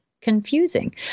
confusing